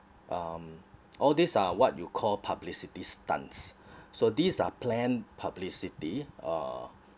um all these are what you call publicity stunts so these are plan publicity uh